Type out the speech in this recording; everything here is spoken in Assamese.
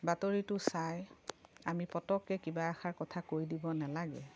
বাতৰিটো চাই আমি পতককে কিবা এষাৰ কথা কৈ দিব নালাগে